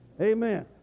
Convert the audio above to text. Amen